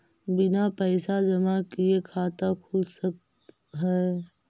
बिना पैसा जमा किए खाता खुल सक है?